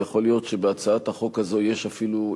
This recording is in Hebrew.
ויכול להיות שבהצעת החוק הזאת יש אפילו,